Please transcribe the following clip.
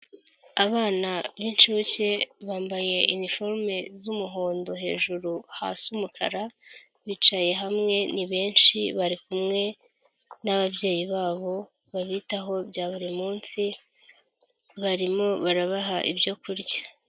Abana b'inshuke bambaye iniforume z'umuhondo hejuru, hasi umukara, bicaye hamwe ni benshi bari kumwe n'ababyeyi babo babitaho bya buri munsi barimo barabaha ibyo kurya.